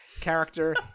character